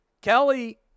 Kelly